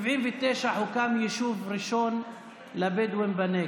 וב-1979 הוקם יישוב ראשון לבדואים בנגב,